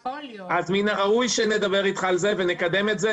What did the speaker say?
אז מן הראוי שנדבר איתך על זה ונקדם את זה,